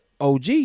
OG